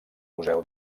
museu